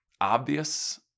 obvious